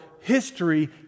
history